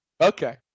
okay